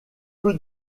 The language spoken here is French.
peu